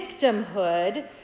victimhood